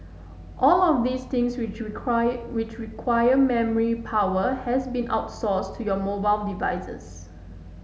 all of these things which require which require memory power has been outsourced to your mobile devices